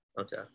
okay